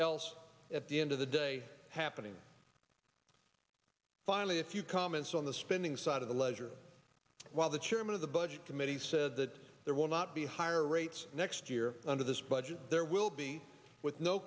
else at the end of the day happening finally a few comments on the spending side of the ledger while the chairman of the budget committee said that there will not be higher rates next year under this budget there will be with no